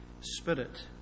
spirit